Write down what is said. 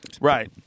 right